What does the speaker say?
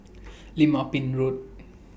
Lim Ah Pin Road